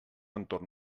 entorn